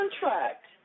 contract